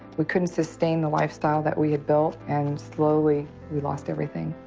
we couldn't sustain the lifestyle that we had built and slowly we lost everything.